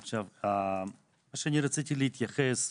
עכשיו, למה שאני רציתי להתייחס,